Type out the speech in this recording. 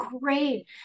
great